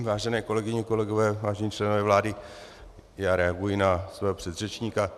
Vážené kolegyně, kolegové, vážení členové vlády, reaguji na svého předřečníka.